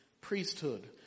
priesthood